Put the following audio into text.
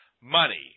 money